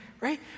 right